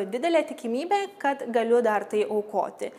didelė tikimybė kad galiu dar tai aukoti